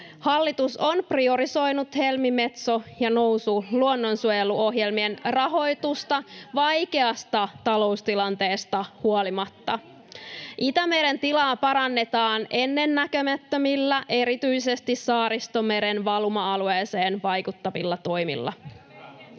Hallitus on priorisoinut Helmi-, Metso- ja Nousu-luonnonsuojeluohjelmien rahoitusta vaikeasta taloustilanteesta huolimatta. Itämeren tilaa parannetaan ennennäkemättömillä erityisesti Saaristomeren valuma-alueeseen vaikuttavilla toimilla.